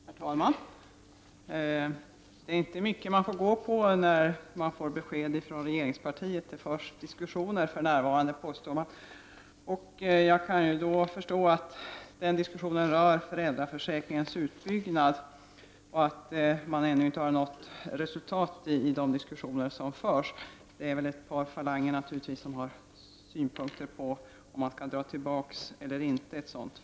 Herr talman! Det är inte mycket man har att gå efter när man har fått besked från regeringspartiet. Man påstår att det för närvarande förs diskussioner, och jag kan förstå att det rör sig om föräldraförsäkringens utbyggnad och att man ännu inte har uppnått något resultat. Naturligtvis finns det ett par falanger som har synpunkter på om man skall dra tillbaka ett förslag eller inte.